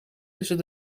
tussen